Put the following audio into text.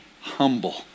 humble